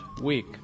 week